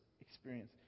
experience